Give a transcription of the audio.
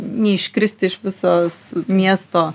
neiškristi iš visos miesto